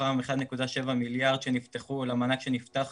מתוכם 1.7 מיליארד שנפתחו למענק שנפתח